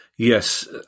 Yes